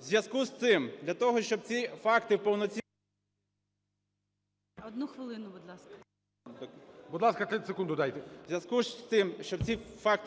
В зв'язку з цим, щоб ці факти